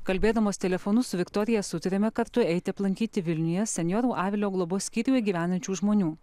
kalbėdamos telefonu su viktorija sutarėme kartu eiti aplankyti vilniuje senjorų avilio globos skyriuje gyvenančių žmonių